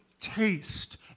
taste